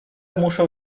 muszę